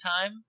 time